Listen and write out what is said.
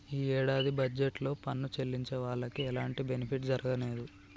యీ యేడాది బడ్జెట్ లో పన్ను చెల్లించే వాళ్లకి ఎలాంటి బెనిఫిట్ జరగనేదు